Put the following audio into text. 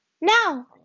Now